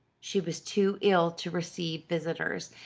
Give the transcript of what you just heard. she was too ill to receive visitors,